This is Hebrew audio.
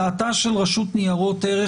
דעתה של הרשות לניירות ערך